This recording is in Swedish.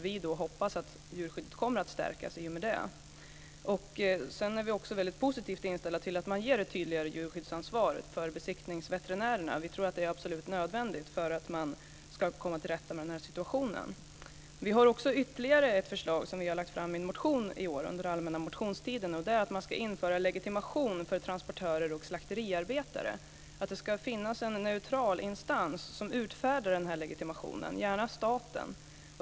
Vi hoppas att djurskyddet kommer att stärkas i och med detta. Vi är också väldigt positivt inställda till att man ger ett tydligare djurskyddsansvar till besiktningsveterinärerna. Vi tror att det är absolut nödvändigt för att komma till rätta med den här situationen. Vi har också ytterligare ett förslag, som vi har lagt fram i en motion under allmänna motionstiden i år, och det är att man ska införa legitimation för transportörer och slakteriarbetare samt att det ska finnas en neutral instans som utfärdar denna legitimation, gärna staten.